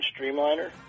streamliner